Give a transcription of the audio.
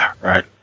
Right